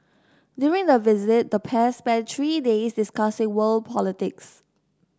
during the visit the pair spent three days discussing world politics